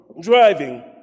driving